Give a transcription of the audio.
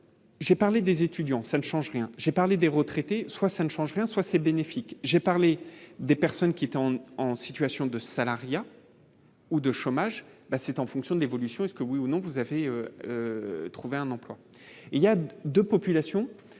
J'ai parlé des étudiants, ça ne change rien, j'ai parlé des retraités, soit ça ne change rien, soit c'est bénéfique, j'ai parlé des personnes qui étaient en situation de salariat ou de chômage, ben c'est en fonction de l'évolution est-ce que oui ou non, vous avez trouvé un emploi,